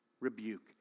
rebuke